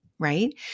right